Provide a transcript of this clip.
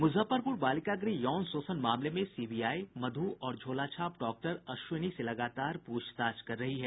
मुजफ्फरपुर बालिका गृह यौन शोषण मामले में सीबीआई मधु और झोला छाप डॉक्टर अश्विनी से लगातार पूछताछ कर रही है